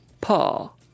Paul